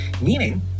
Meaning